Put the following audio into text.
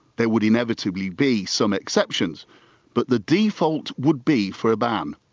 there would inevitably be some exceptions but the default would be for a ban.